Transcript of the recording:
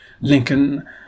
Lincoln